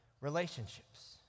relationships